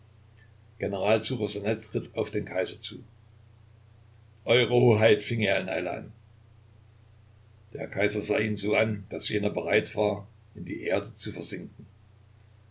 ssuchosanet ritt auf den kaiser zu eure hoheit fing er in eile an der kaiser sah ihn so an daß jener bereit war in die erde zu versinken